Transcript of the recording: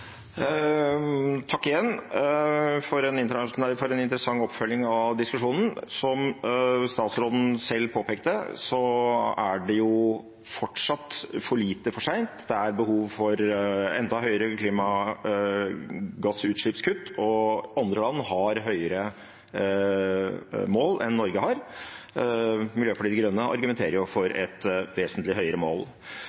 Igjen takk for en interessant oppfølging av diskusjonen. Som statsråden selv påpekte, er det fortsatt for lite, for sent. Det er behov for enda høyere klimagassutslippskutt, og andre land har høyere mål enn Norge har. Miljøpartiet De Grønne argumenterer for